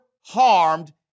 harmed